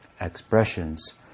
expressions